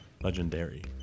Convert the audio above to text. Legendary